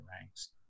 ranks